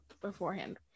beforehand